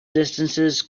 distances